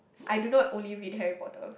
I do not only read Harry-Potter